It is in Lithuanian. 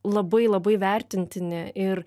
labai labai vertintini ir